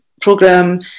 program